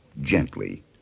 gently